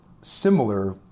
similar